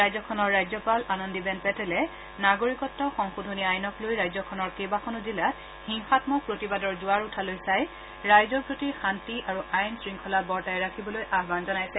ৰাজ্যখনৰ ৰাজ্যপাল আনন্দীবেন পেটেলে নাগৰিকত্ব সংশোধনী আইনক লৈ ৰাজ্যখনৰ কেইবাখনো জিলাত হিংসাম্মক প্ৰতিবাদৰ জোৱাৰ উঠালৈ চাই ৰাইজৰ প্ৰতি শান্তি আৰু আইন শৃংখলা বৰ্তাই ৰাখিবলৈ আহান জনাইছে